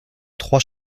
trois